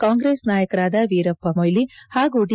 ಕಾಂಗ್ರೆಸ್ ನಾಯಕರಾದ ವೀರಪ್ಪ ಮೊಯ್ಲಿ ಮತ್ತು ಡಿ